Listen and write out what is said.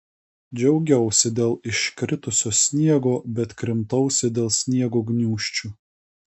džiaugiausi dėl iškritusio sniego bet krimtausi dėl sniego gniūžčių